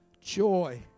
joy